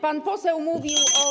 Pan poseł mówił o.